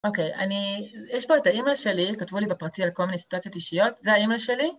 אוקיי, אני... יש פה את האימייל שלי, כתבו לי בפרטי על כל מיני סיטואציות אישיות, זה האימייל שלי...